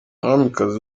umwamikazi